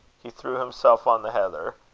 he threw himself on the heather,